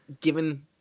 given